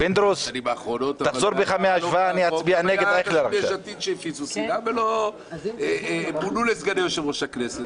בשנים האחרונות --- יש עתיד שהפיצו שנאה ומונו לסגני יושב-ראש הכנסת.